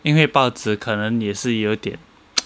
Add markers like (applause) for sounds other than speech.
因为报纸可能也是有点 (noise)